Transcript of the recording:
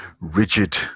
rigid